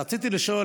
רציתי לשאול,